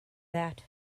that